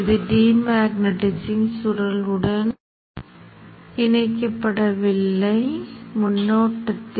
எனவே நான் இந்த மின்னோட்டம் இந்த மின்னோட்டம் மற்றும் இந்த மின்னோட்டத்தைப் பார்ப்பேன் எனவே Vid இன் I Viq இன் I மற்றும் Vis இன் I